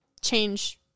change